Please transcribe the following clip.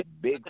big